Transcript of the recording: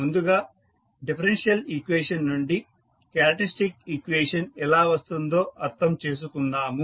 ముందుగా differential equation నుండి characteristic equation ఎలా వస్తుందో అర్థం చేసుకుందాము